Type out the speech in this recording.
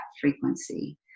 frequency